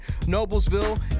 Noblesville